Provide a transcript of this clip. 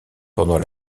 pendant